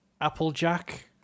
Applejack